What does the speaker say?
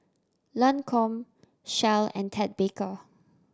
Lancome Shell and Ted Baker